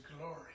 glory